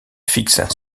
fixe